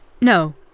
No